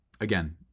Again